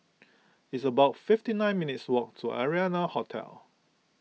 it's about fifty nine minutes' walk to Arianna Hotel